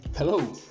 Hello